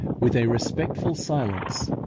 with a respectful silence,